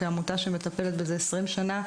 כעמותה שמטפלת בזה 20 שנה,